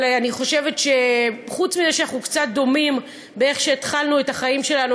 אבל אני חושבת שחוץ מזה שאנחנו קצת דומים באיך שהתחלנו את החיים שלנו,